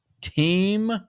Team